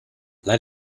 let